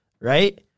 right